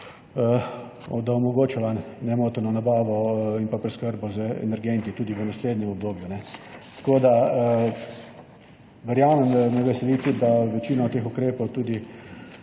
bo omogočala nemotena nabava in preskrba z energenti tudi v naslednjem obdobju. Tako da verjamem in me veseli, da večino teh ukrepov tudi